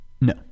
No